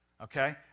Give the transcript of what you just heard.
Okay